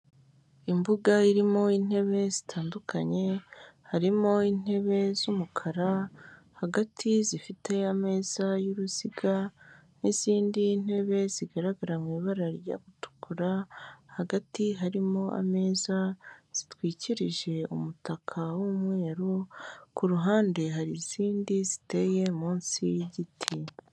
Imbuga irimo intebe zitandukanye harimo intebe z'umukara hagati zifite ameza y'uruziga n'izindi ntebe zigaragara mu ibara rijya gutukura, hagati harimo ameza zitwikirije umutaka w'umweru kuruhande hari izindi ziteye munsi y'igiti.